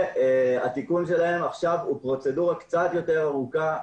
התיקון הזה הוא פרוצדורה קצת יותר ארוכה.